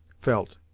felt